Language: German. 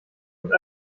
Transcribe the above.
und